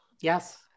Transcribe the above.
Yes